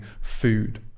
food